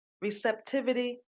receptivity